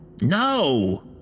No